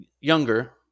younger